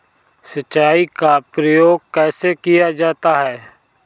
सिंचाई का प्रयोग कैसे किया जाता है?